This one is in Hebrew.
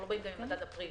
אנחנו לא באים עם מדד אפריל.